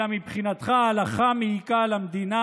אלא מבחינתך ההלכה מעיקה על המדינה